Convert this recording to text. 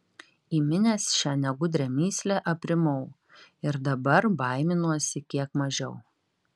įminęs šią negudrią mįslę aprimau ir dabar baiminuosi kiek mažiau